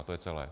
To je celé.